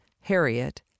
Harriet